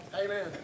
Amen